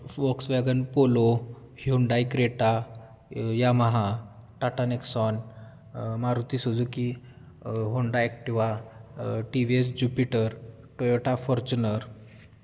Volkswagen Polo Hyundai Creta Yamaha Tata Nexon Maruti Suzuki Honda Activa T V S Jupiter Toyota Fortuner